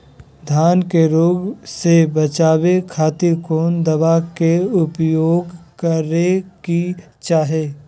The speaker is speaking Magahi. धान के रोग से बचावे खातिर कौन दवा के उपयोग करें कि चाहे?